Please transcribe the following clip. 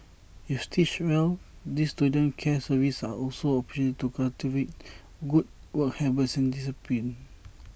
if stitched well these student care services are also opportunities to cultivate good work habits and discipline